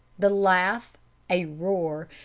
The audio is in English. the laugh a roar.